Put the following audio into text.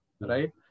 right